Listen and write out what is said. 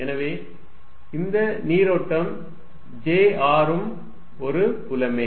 எனவே இந்த நீரோட்டம் j r ம் ஒரு புலமே